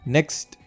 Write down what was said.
Next